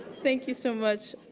thank you so much.